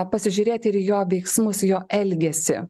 pasižiūrėti ir į jo veiksmus į jo elgesį